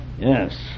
Yes